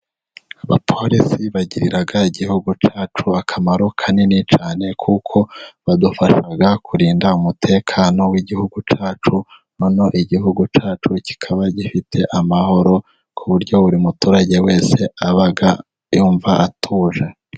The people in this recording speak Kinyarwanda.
Abapolisi bagirira igihugu cyacu akamaro kanini cyane, kuko badufasha kurinda umutekano w'igihugu cyacu, noneho igihugu cyacu kikaba gifite amahoro, ku buryo buri muturage wese aba yumva atuje.